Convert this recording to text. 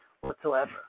whatsoever